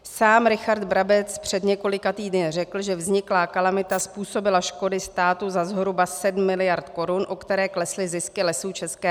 Sám Richard Brabec před několika týdny řekl, že vzniklá kalamita způsobila škody státu za zhruba 7 miliard korun, o které klesly zisky Lesů ČR.